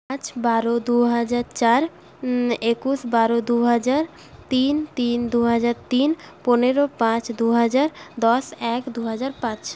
পাঁচ বারো দুহাজার চার একুশ বারো দুহাজার তিন তিন দুহাজার তিন পনেরো পাঁচ দুহাজার দশ এক দুহাজার পাঁচ